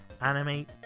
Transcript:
anime